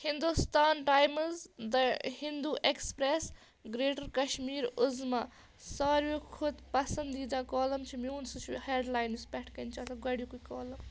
Hindustan Times the Hindu express greater Kashmir Uzma ساروِیو کھۄتہٕ پَسنٛدیٖدہ کالم چھُ میون سُہ چھُ ہٮ۪ڈلاین یُس پٮ۪ٹھ کَنۍ چھُ آسا گۄڈُنِکُے کالم